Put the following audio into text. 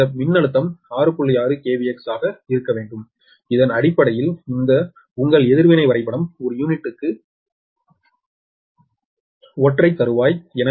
6 KVX ஆக இருக்க வேண்டும் இதன் அடிப்படையில் இந்த உங்கள் எதிர்வினை வரைபடம் ஒரு யூனிட்டுக்கு ஒற்றை தறுவாய் என வேண்டும்